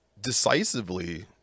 decisively